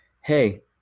hey